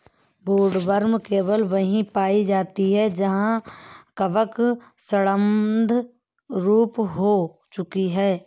woodworm केवल वहीं पाई जाती है जहां कवक सड़ांध शुरू हो चुकी है